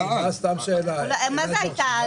מה זה הייתה?